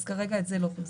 אז כרגע את זה לא פרסמנו.